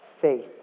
Faith